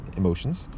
emotions